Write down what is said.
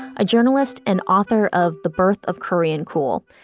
ah journalist and author of the birth of korean cool.